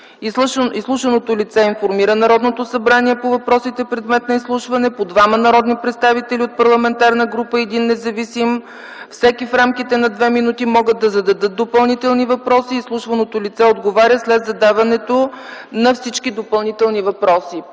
Изслушваното лице информира Народното събрание по въпросите, предмет на изслушване. По двама народни представители от парламентарна група и един независим, всеки в рамките на 2 минути, могат да зададат допълнителни въпроси. Изслушваното лице отговаря след задаването на всички допълнителни въпроси.